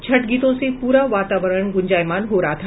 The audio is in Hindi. छठ गीतों से पूरा वातावरण गूंजायमान हो रहा था